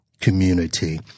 community